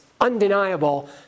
undeniable